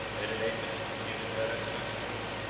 they related, during their residence at rome,